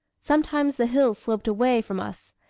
sometimes the hills sloped away from us,